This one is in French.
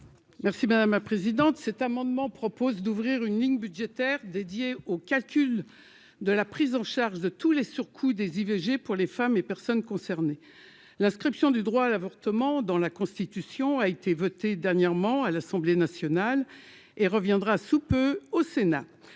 Merci madame ah présidente cet amendement propose d'ouvrir une ligne budgétaire dédié au calcul de la prise en charge de tous les surcoûts des IVG pour les femmes et personnes concernées l'inscription du droit à l'avortement dans la Constitution, a été votée dernièrement à l'Assemblée nationale et reviendra sous peu au Sénat